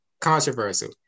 Controversial